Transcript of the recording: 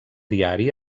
diari